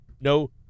no